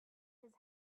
his